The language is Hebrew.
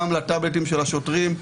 גם לטבלטים של השוטרים,